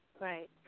Right